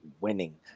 winning